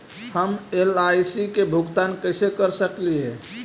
हम एल.आई.सी के भुगतान कैसे कर सकली हे?